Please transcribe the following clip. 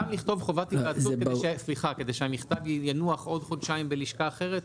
סתם לכתוב חובת התייעצות כדי שהמכתב ינוח עוד חודשיים בלשכה אחרת,